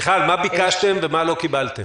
מיכל, מה ביקשתם ומה לא קיבלתם?